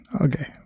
okay